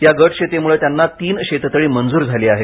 या गट शेतीमुळे त्यांना तीन शेततळी मंजूर झाली आहेत